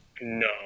No